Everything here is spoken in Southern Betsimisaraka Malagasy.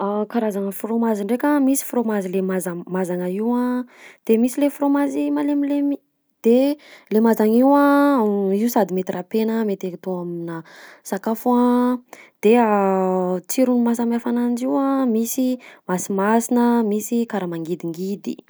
Karazagna frômazy ndraika: misy frômazy le mazamazagna io a de misy le frômazy malemilemy, de le mazagna io io sady mety rapena, mety atao aminà sakafo a; de tsirony mahasamy hafa ananjy io a misy masimasina, misy karaha mangidingidy.